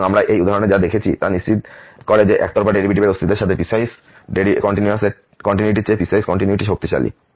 সুতরাং আমরা এই উদাহরণে যা দেখেছি তা নিশ্চিত করে যে একতরফা ডেরিভেটিভের অস্তিত্বের সাথে পিসওয়াইস কন্টিনিউয়িটির চেয়ে পিসওয়াইস কন্টিনিউয়িটি শক্তিশালী